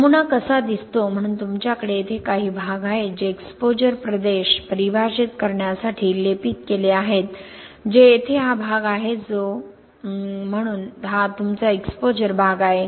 नमुना कसा दिसतो म्हणून तुमच्याकडे येथे काही भाग आहेत ते एक्सपोजर प्रदेश परिभाषित करण्यासाठी लेपित केले आहेत जे येथे हा भाग आहे जो हा आहे म्हणून हा तुमचा एक्सपोजर भाग आहे